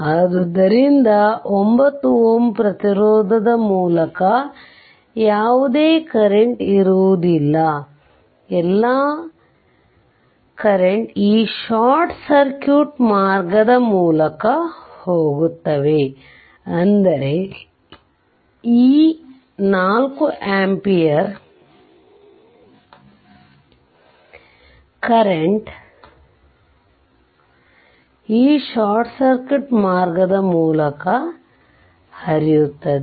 ಆದ್ದರಿಂದ 9 Ω ಪ್ರತಿರೋಧದ ಮೂಲಕ ಯಾವುದೇ ಕರೆಂಟ್ ಇರುವುದಿಲ್ಲ ಎಲ್ಲಾ ಕರೆಂಟ್ ಈ ಶಾರ್ಟ್ ಸರ್ಕ್ಯೂಟ್ ಮಾರ್ಗದ ಮೂಲಕ ಹೋಗುತ್ತವೆ ಅಂದರೆ ಈ 4 ಆಂಪಿಯರ್ ಕರೆಂಟ್ ಈ ಶಾರ್ಟ್ ಸರ್ಕ್ಯೂಟ್ ಮಾರ್ಗದ ಮೂಲಕ ಹರಿಯುತ್ತದೆ